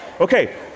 okay